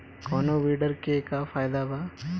कौनो वीडर के का फायदा बा?